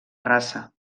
raça